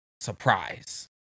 surprise